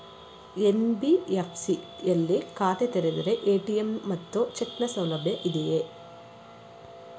NBFC ಯಲ್ಲಿ ಖಾತೆ ತೆರೆದರೆ ಎ.ಟಿ.ಎಂ ಮತ್ತು ಚೆಕ್ ನ ಸೌಲಭ್ಯ ಇದೆಯಾ?